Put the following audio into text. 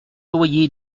loyer